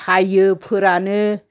साइयो फोरानो